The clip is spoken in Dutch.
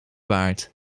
waard